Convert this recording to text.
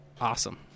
awesome